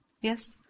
Yes